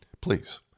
please